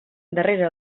darrere